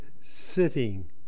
sitting